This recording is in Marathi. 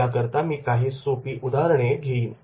याकरता मी काही सोपी उदाहरणे घेईन